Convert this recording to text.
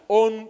on